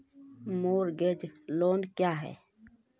Mortgage loan क्या है?